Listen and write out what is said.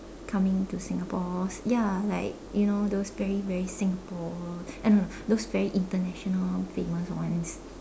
coming to Singapore ya like you know those very very Singapore uh no no those very international famous ones